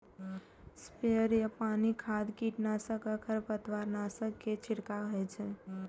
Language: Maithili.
स्प्रेयर सं पानि, खाद, कीटनाशक आ खरपतवारनाशक के छिड़काव होइ छै